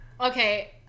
Okay